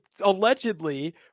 allegedly